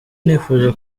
nifuje